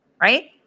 right